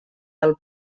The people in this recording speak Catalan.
del